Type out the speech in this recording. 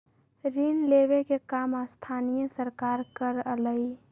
ऋण लेवे के काम स्थानीय सरकार करअलई